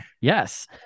Yes